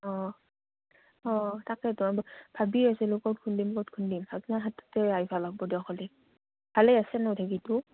অঁ অঁ তাকেইতো ভাবি আছিলোঁ ক'ত খুন্দিম ক'ত খুন্দিম আপোনাৰ হাততে আইবা লাগব দিয়ক ল'লে ভালেই আছে নো ঢেঁকীটো